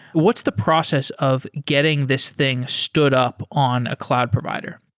what's the process of getting this thing stood up on a cloud provider?